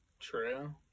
true